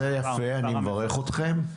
על זה אני מברך אתכם.